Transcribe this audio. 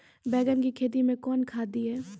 बैंगन की खेती मैं कौन खाद दिए?